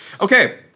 Okay